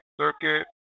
Circuit